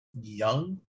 young